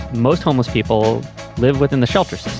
most homeless people live within the shelters.